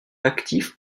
actifs